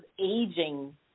aging